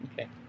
Okay